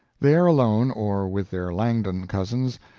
there alone, or with their langdon cousins,